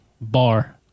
Bar